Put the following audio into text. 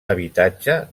habitatge